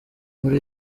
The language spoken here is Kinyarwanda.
muri